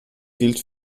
gilt